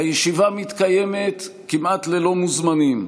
הישיבה מתקיימת כמעט ללא מוזמנים,